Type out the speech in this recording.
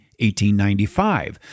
1895